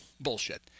bullshit